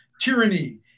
tyranny